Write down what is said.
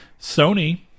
Sony